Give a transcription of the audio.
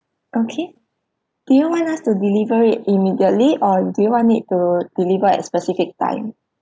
okay do you want us to deliver it immediately or do you want it to deliver at a specific time